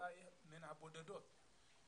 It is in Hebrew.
אולי מהבודדות,